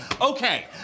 Okay